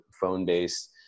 phone-based